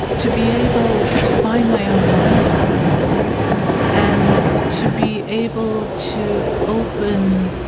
to be able to find my own blind spots and to be able to open